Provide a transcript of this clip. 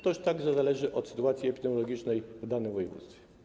To już także zależy od sytuacji epidemiologicznej w danym województwie.